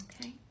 okay